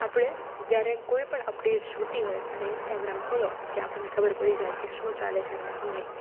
આપણે જ્યારે કોઈપણ અપડેટ્સ જોઈતી હોય અને ઇન્સ્ટાગ્રામ ખોલો કે આપણને ખબર પડી જાય કે શું ચાલે છે ને શું નહીં